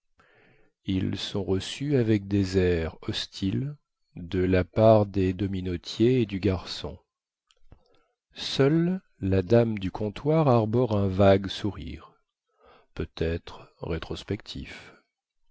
ils sont reçus avec des airs hostiles de la part des dominotiers et du garçon seule la dame du comptoir arbore un vague sourire peut-être rétrospectif